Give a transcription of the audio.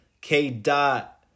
K-Dot